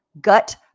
gut